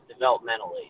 developmentally